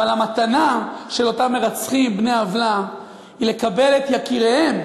אבל המתנה של אותם מרצחים בני-עוולה היא לקבל את יקיריהם